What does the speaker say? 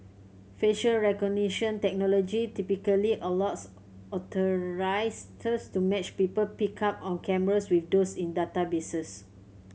facial recognition technology typically allows to match people picked up on cameras with those in databases